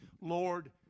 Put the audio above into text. Lord